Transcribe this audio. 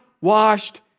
washed